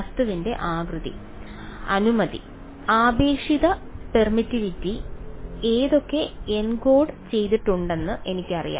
വസ്തുവിന്റെ ആകൃതി അനുമതി ആപേക്ഷിക പെർമിറ്റിവിറ്റി ഏതൊക്കെ എൻകോഡ് ചെയ്തിട്ടുണ്ടെന്ന് എനിക്കറിയാം